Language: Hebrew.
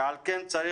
על כן צריך